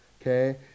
okay